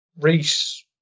Reese